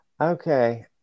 Okay